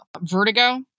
vertigo